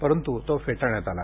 परंतू तो फेटाळण्यात आला